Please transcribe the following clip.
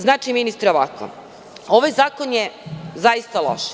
Znači, ministre, ovako, ovaj zakon je zaista loš.